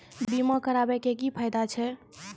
बीमा कराबै के की फायदा छै?